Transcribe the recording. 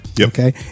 Okay